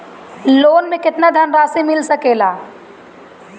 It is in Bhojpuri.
लोन मे केतना धनराशी मिल सकेला?